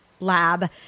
lab